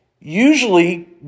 usually